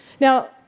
Now